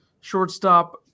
Shortstop